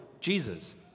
Jesus